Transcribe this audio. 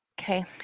Okay